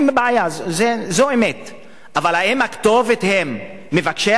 אבל האם הכתובת היא מבקשי העבודה או הכתובת היא הממשלה,